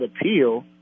appeal